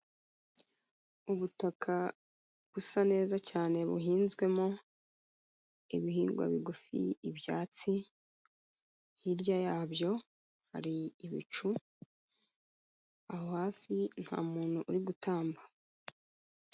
Ubutaka busa neza cyane buhinzwemo ibihingwa bigufi ibyatsi, hirya yabyo hari ibicu, aho hafi nta muntu uri gutamba.